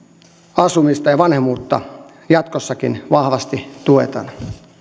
asumista ja vanhemmuutta jatkossakin vahvasti tuetaan